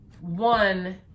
one